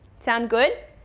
sound good?